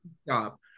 stop